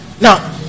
Now